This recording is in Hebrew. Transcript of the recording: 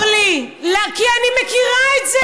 אורלי, כי אני מכירה את זה.